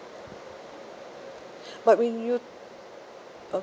but when you